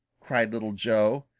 cried little joe,